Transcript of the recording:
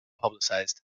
publicized